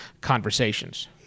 conversations